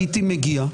הייתי מגיע.